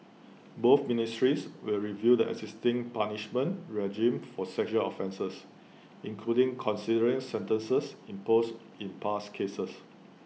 both ministries will review the existing punishment regime for sexual offences including considering sentences imposed in past cases